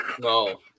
No